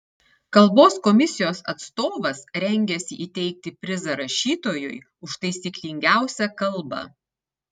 kalbos komisijos atstovas rengiasi įteikti prizą rašytojui už taisyklingiausią kalbą